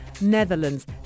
Netherlands